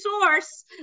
source